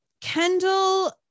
Kendall